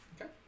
Okay